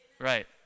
Right